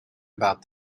about